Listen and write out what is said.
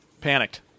panicked